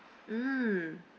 mm